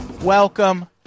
Welcome